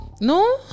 no